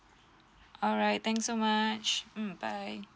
alright thanks so much mm bye